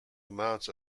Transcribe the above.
amounts